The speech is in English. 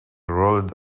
rolled